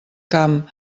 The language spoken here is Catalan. camp